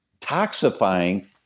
toxifying